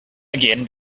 again